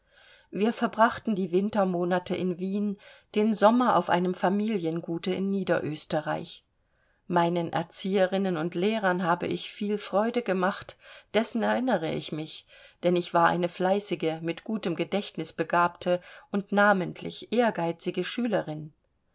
wir verbrachten die wintermonate in wien den sommer auf einem familiengute in niederösterreich meinen erzieherinnen und lehrern habe ich viel freude gemacht dessen erinnere ich mich denn ich war eine fleißige mit gutem gedächtnis begabte und namentlich ehrgeizige schülerin